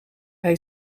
hij